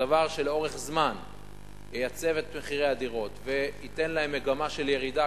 הדבר שלאורך זמן ייצב את מחירי הדירות וייתן להם מגמה של ירידה,